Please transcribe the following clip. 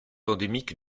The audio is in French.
endémique